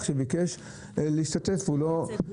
הוא ביקש מהוועדה רשות דיבור,